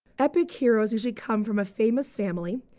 epic heroes usually come from a famous family,